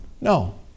No